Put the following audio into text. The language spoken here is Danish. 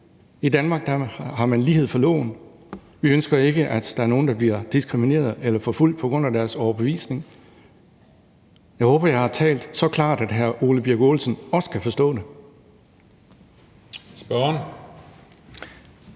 I Danmark har man lighed for loven. Vi ønsker ikke, at der er nogen, der bliver diskrimineret eller forfulgt på grund af deres overbevisning. Jeg håber, jeg har talt så klart, at også hr. Ole Birk Olesen også kan det.